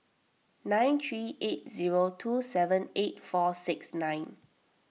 nine three eight zero two seven eight four six nine